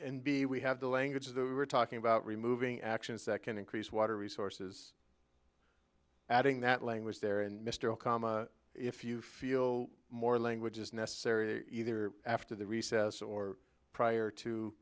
and b we have the language that we're talking about removing actions that can increase water resources adding that language there and mr okama if you feel more language is necessary either after the recess or prior to